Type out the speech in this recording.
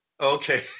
Okay